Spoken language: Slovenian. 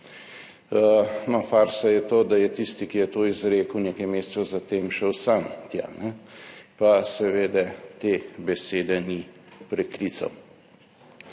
farsa je to, da je tisti, ki je to izrekel, nekaj mesecev za tem šel sam tja, ne, pa seveda te besede ni preklical.